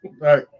right